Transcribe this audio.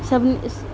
सभिनिनि